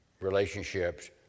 relationships